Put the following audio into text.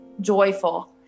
joyful